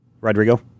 rodrigo